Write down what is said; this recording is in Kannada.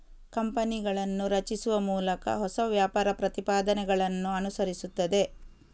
ಕಂಪನಿಗಳನ್ನು ರಚಿಸುವ ಮೂಲಕ ಹೊಸ ವ್ಯಾಪಾರ ಪ್ರತಿಪಾದನೆಗಳನ್ನು ಅನುಸರಿಸುತ್ತದೆ